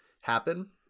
happen